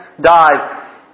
died